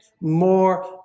more